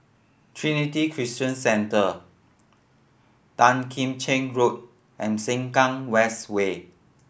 Trinity Christian Centre Tan Kim Cheng Road and Sengkang West Way